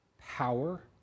power